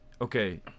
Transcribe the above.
okay